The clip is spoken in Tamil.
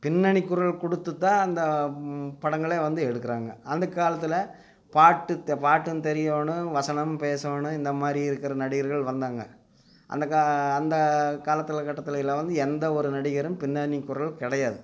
பின்னணிக் குரல் கொடுத்து தான் அந்தப் படங்களே வந்து எடுக்கிறாங்க அந்தக் காலத்தில் பாட்டு தே பாட்டும் தெரியணும் வசனமும் பேசணும் இந்த மாதிரி இருக்கிற நடிகர்கள் வந்தாங்க அந்த கா அந்தக் காலத்தில் கட்டத்துலயிலாம் வந்து எந்த ஒரு நடிகரும் பின்னணிக் குரல் கிடையாது